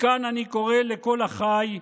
מכאן אני קורא לכל אחיי,